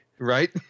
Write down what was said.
Right